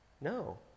No